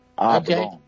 Okay